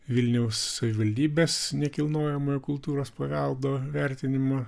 vilniaus savivaldybės nekilnojamojo kultūros paveldo vertinimo